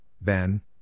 Ben